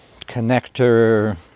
connector